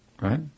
Right